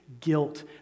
guilt